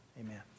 amen